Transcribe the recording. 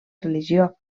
religió